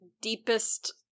deepest